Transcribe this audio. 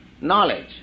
knowledge